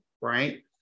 right